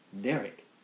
Derek